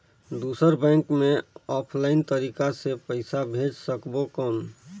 दुसर बैंक मे ऑफलाइन तरीका से पइसा भेज सकबो कौन?